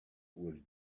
was